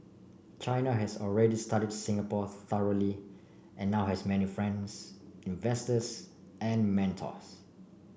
China has already studied Singapore thoroughly and now has many friends investors and mentors